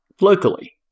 locally